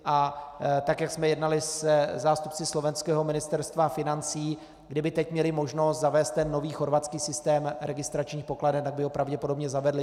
Tak jak jsme jednali se zástupci slovenského Ministerstva financí, kdyby teď měli možnost zavést ten nový chorvatský systém registračních pokladen, tak by ho pravděpodobně zavedli.